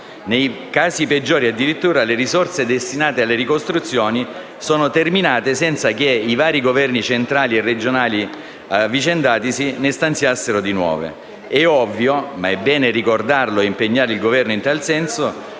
Nei casi peggiori addirittura le risorse destinate alle ricostruzioni sono terminate senza che i vari governi centrali e regionali avvicendatisi ne stanziassero di nuove. È ovvio - ma è bene ricordarlo e impegnare il Governo in tal senso